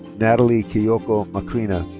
natalie kiyoko macrina.